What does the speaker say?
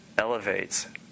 elevates